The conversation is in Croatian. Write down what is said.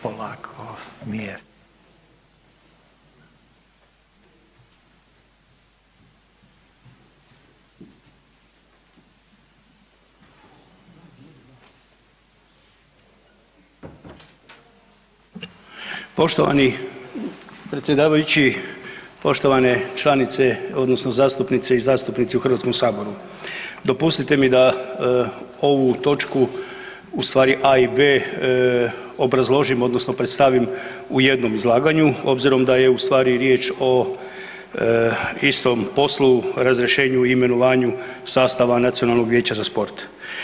Poštovani predsjedavajući, poštovane članice odnosno zastupnice i zastupnici u Hrvatskom saboru, dopustite mi da ovu točku ustvari a) i b) obrazložim odnosno predstavim u jednom izlaganju obzirom da je ustvari riječ o istom poslu, razrješenju i imenovanju sastava nacionalnog vijeća za sport.